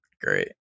great